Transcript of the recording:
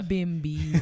Bimbi